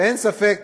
ואין ספק